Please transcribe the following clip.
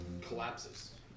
collapses